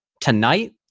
tonight